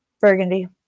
Burgundy